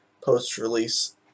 post-release